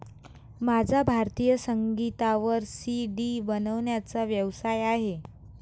माझा भारतीय संगीतावर सी.डी बनवण्याचा व्यवसाय आहे